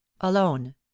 alone